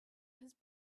his